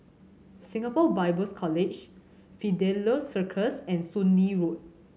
Singapore Bible's College Fidelio Circus and Soon Lee Road